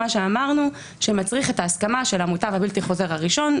מה שאמרנו שמצריך את ההסכמה של המוטב הבלתי חוזר הראשון,